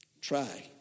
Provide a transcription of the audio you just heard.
Try